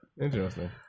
Interesting